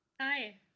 Hi